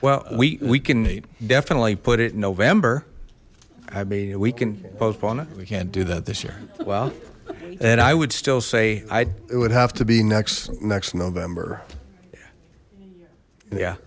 well we can definitely put it in november i mean we can postpone it we can't do that this year well and i would still say i would have to be next next november yeah